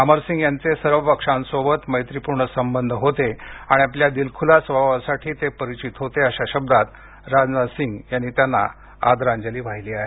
अमर सिंग यांचे सर्व पक्षांसोबत मैत्रीपूर्ण संबंध होते आणि आपल्या दिलखुलास स्वभावासाठी ते परिचित होते अशा शब्दांत राजनाथ सिंग यांनी त्यांना आदरांजली वाहिली आहे